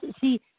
see